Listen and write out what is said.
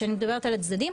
כשאני מדברת על הצדדים,